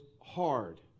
hard